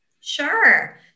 Sure